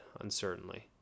uncertainly